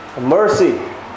mercy